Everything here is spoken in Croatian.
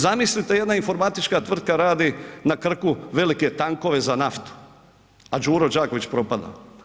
Zamislite jedna informatička tvrtka radi na Krku velike tankove za naftu, a Đuro Đaković propada.